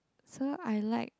so I like